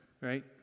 right